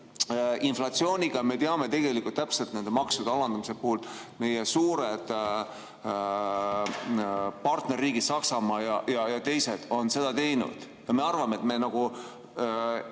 inflatsiooniga. Me teame tegelikult täpselt nende maksude alandamise puhul, et meie suured partnerriigid Saksamaa ja teised on seda teinud. Aga meie arvame, et meie